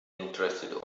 interested